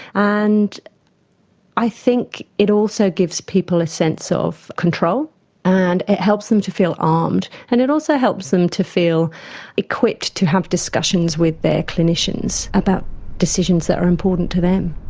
and i think it also gives people a sense of control and it helps them to feel armed, and it also helps them to feel equipped to have discussions with their clinicians about decisions that are important to them.